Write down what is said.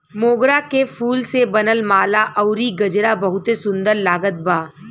मोगरा के फूल से बनल माला अउरी गजरा बहुते सुन्दर लागत बा